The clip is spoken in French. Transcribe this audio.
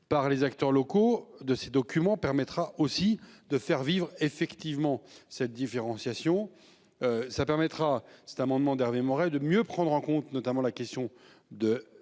par les acteurs locaux de ces documents permettra aussi de faire vivre effectivement cette différenciation. Ça permettra cet amendement d'Hervé Maurey, de mieux prendre en compte notamment la question de